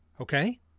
Okay